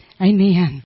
Amen